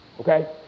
okay